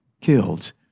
killed